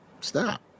stop